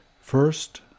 first